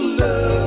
love